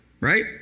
right